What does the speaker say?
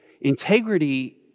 Integrity